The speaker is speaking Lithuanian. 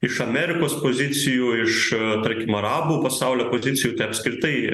iš amerikos pozicijų iš tarkim arabų pasaulio pozicijų apskritai